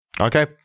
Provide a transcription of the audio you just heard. Okay